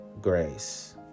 grace